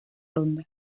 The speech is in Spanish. ronda